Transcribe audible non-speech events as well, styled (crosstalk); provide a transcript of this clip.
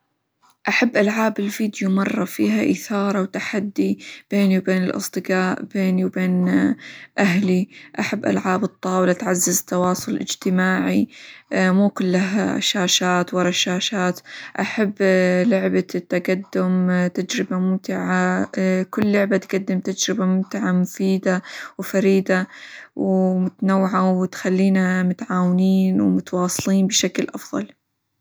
أحب ألعاب الفيديو مرة فيها إثارة وتحدي بيني، وبين الأصدقاء ،بيني وبين أهلي، أحب ألعاب الطاولة تعزز التواصل الإجتماعي (hesitation) مو كله شاشات ورا الشاشات ، أحب (hesitation) لعبة التقدم تجربة ممتعة (hesitation) كل لعبة تقدم تجربة ممتعة، مفيدة، وفريدة، ومتنوعة، وتخلينا متعاونين، ومتواصلين بشكل أفظل.